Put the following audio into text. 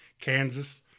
Kansas